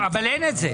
אבל אין את זה.